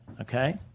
okay